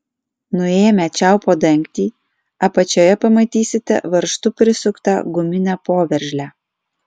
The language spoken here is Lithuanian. nuėmę čiaupo dangtį apačioje pamatysite varžtu prisuktą guminę poveržlę